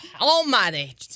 almighty